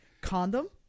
condom